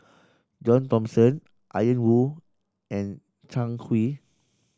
John Thomson Ian Woo and Zhang Hui